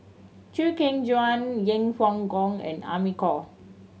Chew Kheng Chuan Yeng Pway Ngon and Amy Khor